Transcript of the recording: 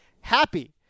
happy